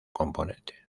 componente